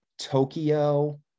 Tokyo